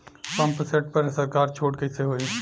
Pump set पर सरकार छूट कईसे होई?